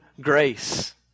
grace